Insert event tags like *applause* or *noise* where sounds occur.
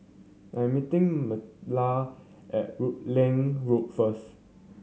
I am meeting *unintelligible* at Rutland Road first